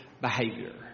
behavior